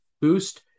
boost